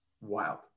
wild